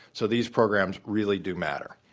so these programs really do matter.